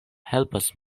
helpas